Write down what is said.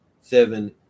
seven